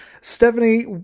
Stephanie